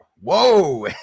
whoa